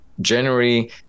January